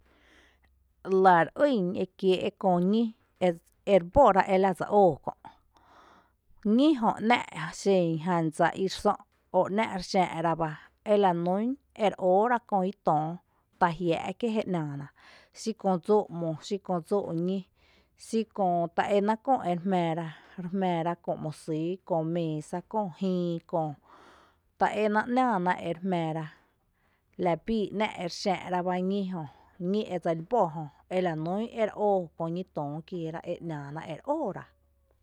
Lⱥ e re ýn ekiee’ köö ñí ere bóra e la dse óo kö’, ñí jö xen jan dsa i ‘nⱥ’ ere sö’ o ‘nⱥ’ re xⱥⱥ’ rá bá ela nún ere óora köö ñí töó ta jiáa’ kié’ jé nⱥⱥ’ ná xí köö dsoo’ ´mo xí köö dsóo’ ñí, xí köö ta e náa’ nⱥⱥ ná re jmⱥⱥ ra, re jmⱥⱥ ra köö ´mo sýy, köö méesa köö jïí köö, ta énáa’ nⱥⱥ ná e re jmⱥⱥ ra la bii ‘ nⱥ’ ere xⱥⱥ’ ra bá ñi jö, ñí edse li bó ela nún ere óo köö ñí töó kieera e nⱥⱥ’ na ere óorá.